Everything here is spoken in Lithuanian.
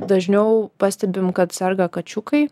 dažniau pastebim kad serga kačiukai